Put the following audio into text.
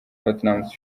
platnumz